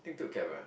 I think took cab ah